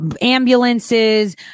ambulances